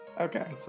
Okay